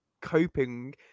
coping